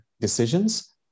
decisions